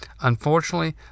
Unfortunately